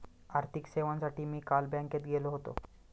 आर्थिक सेवांसाठी मी काल बँकेत गेलो होतो